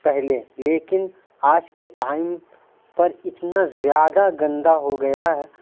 پہلے لیکن آج کے ٹائم پر اتنا زیادہ گندا ہو گیا